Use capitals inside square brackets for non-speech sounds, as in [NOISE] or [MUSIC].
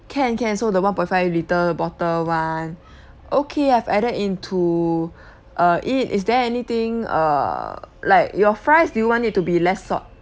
can can so the one point five litre bottle [one] okay I've added into [BREATH] uh it is there anything err like your fries do you want it to be less salt